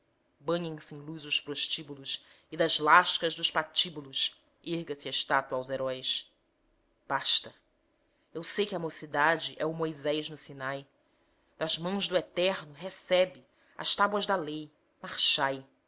banhem se em luz os prostíbulos e das lascas dos patíbulos erga se a estátua aos heróis basta eu sei que a mocidade é o moisés no sinai das mãos do eterno recebe as tábuas da lei marchai